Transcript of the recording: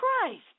Christ